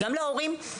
גם להורים,